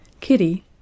Kitty